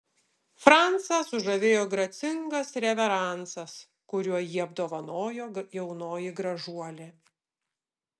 francą sužavėjo gracingas reveransas kuriuo jį apdovanojo jaunoji gražuolė